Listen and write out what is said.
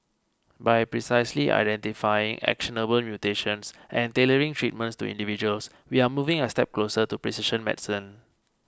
by precisely identifying actionable mutations and tailoring treatments to individuals we are moving a step closer to precision medicine